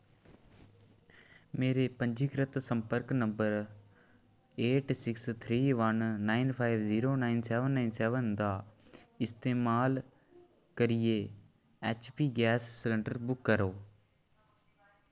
मेरे पंजीकृत संपर्क number eight six three one nine five zero nine seven nine seven दा इस्तेमाल करियै ऐच्चपी गैस सलंडर बुक करो